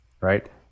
right